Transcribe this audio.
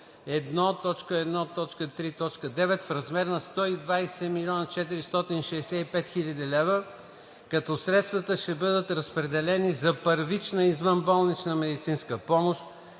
1.1.3.9 в размер на 120 465 000 лв., като средствата ще бъдат разпределени за първична извънболнична медицинска помощ,